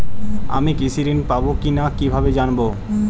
আমি কৃষি ঋণ পাবো কি না কিভাবে জানবো?